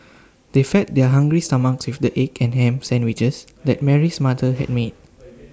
they fed their hungry stomachs with the egg and Ham Sandwiches that Mary's mother had made